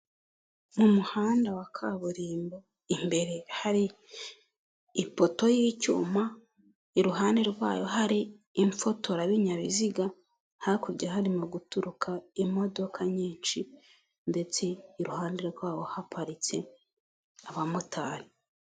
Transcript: Mu muhanda wa kaburimbo, imbere hari ipoto y'icyuma, iruhande rwayo hari imfotorabinyabiziga, hakurya harimo guturuka imodoka nyinshi, ndetse iruhande rwawo haparitse abamotari.